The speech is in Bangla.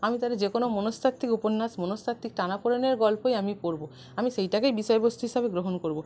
আমি তাহলে যে কোনও মনস্তাত্ত্বিক উপন্যাস মনস্তাত্ত্বিক টানাপোড়েনের গল্পই আমি পড়বো আমি সেইটাকেই বিষয়বস্তু হিসাবে গ্রহণ করবো